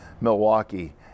Milwaukee